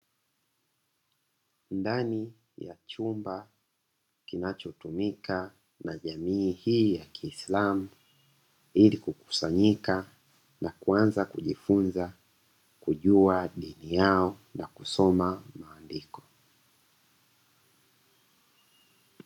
Ndani ya chumba kinachotumika na jamii hii ya kiislamu, ili kukusanyika na kuanza kujifunza kujua dini yao na kusoma maandiko.